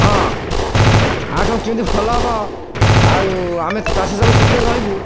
ହଁ ଆଉଠୁ କେମିତି ଭଲ ହେବ ଆଉ ଆମେ ଚାଷ ସବୁ ସୁଖରେ ରହିବୁ